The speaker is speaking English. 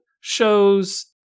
shows